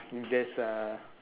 if there's a